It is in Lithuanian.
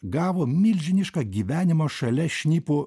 gavo milžinišką gyvenimo šalia šnipo